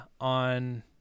on